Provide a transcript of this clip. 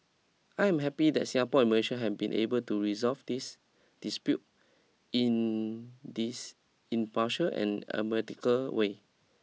I am happy that Singapore and Malaysia have been able to resolve this dispute in this impartial and a medical way